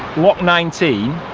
lock nineteen.